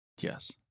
Yes